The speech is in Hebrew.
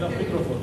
השאלה הנוספת: